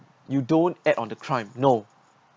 you don't act on the crime no